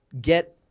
get